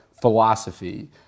philosophy